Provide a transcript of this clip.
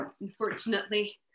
unfortunately